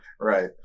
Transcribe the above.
right